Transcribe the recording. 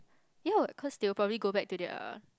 cause they will probably go back to their